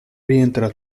rientra